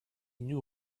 knew